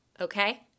okay